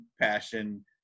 passion